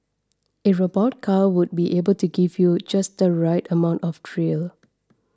a robot car would be able give you just the right amount of thrill